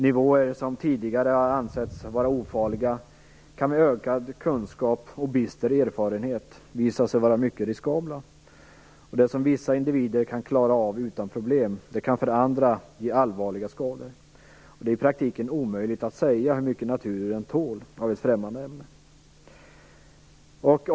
Nivåer som tidigare har ansetts vara ofarliga kan med ökad kunskap och bister erfarenhet visa sig vara mycket riskabla. Det som vissa individer kan klara av utan problem kan för andra ge allvarliga skador. Det är i praktiken omöjligt att säga hur mycket naturen tål av ett främmande ämne. Fru talman!